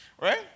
right